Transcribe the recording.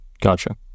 Gotcha